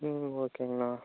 ம் ஓகேங்கண்ணா